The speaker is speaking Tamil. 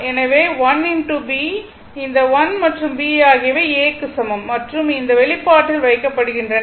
எனவே l B இந்த l மற்றும் B ஆகியவை A க்கு சமம் மற்றும் இந்த வெளிப்பாட்டில் வைக்கப்படுகின்றன